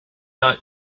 not